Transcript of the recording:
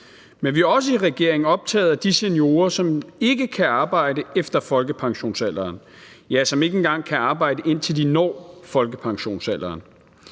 men vi er også i regeringen optaget af de seniorer, som ikke kan arbejde efter folkepensionsalderen, ja, som ikke engang kan arbejde, indtil de når folkepensionsalderen.